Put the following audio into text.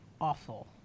Awful